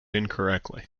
incorrectly